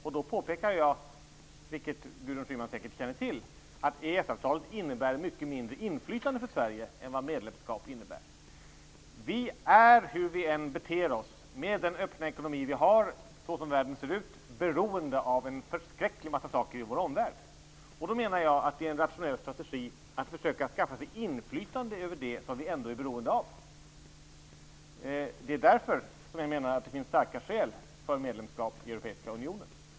Jag har påpekat, vilket Gudrun Schyman säkert känner till, att EES-avtalet innebär betydligt mindre inflytande för Sverige än ett medlemskap gör. Hur vi än beter oss är vi, med den öppna ekonomi som vi har och såsom världen ser ut, beroende av en förskräcklig massa saker i vår omvärld. Jag menar att det är en rationell strategi att försöka skaffa sig inflytande över det som vi ändå är beroende av, och därför finns det, enligt min mening, starka skäl för medlemskap i Europeiska unionen.